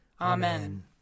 Amen